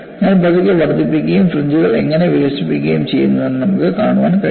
ഞാൻ പതുക്കെ വർദ്ധിപ്പിക്കുകയും ഫ്രിഞ്ച്കൾ എങ്ങനെ വികസിക്കുകയും ചെയ്യുന്നുവെന്ന് നമുക്ക് കാണാൻ കഴിയും